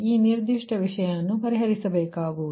ಈ ನಿರ್ದಿಷ್ಟ ವಿಷಯವನ್ನು ಪರಿಹರಿಸಬೇಕಾಗುವುದು